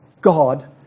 God